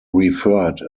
referred